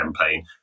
campaign